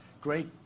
great